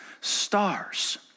stars